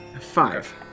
five